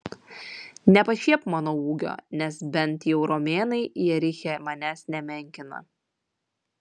nepašiepk mano ūgio nes bent jau romėnai jeriche manęs nemenkina